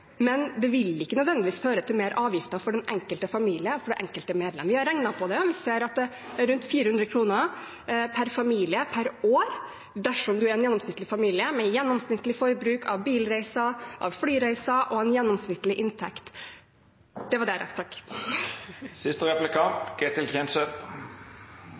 men det vil ikke nødvendigvis føre til mer avgifter for den enkelte familie, for det enkelte medlem. Vi har regnet på det, vi ser at det er rundt 400 kr per familie per år dersom det er en gjennomsnittlig familie med gjennomsnittlig forbruk av bilreiser og flyreiser, og med en gjennomsnittlig inntekt.